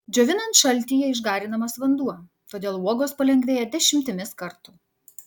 džiovinant šaltyje išgarinamas vanduo todėl uogos palengvėja dešimtimis kartų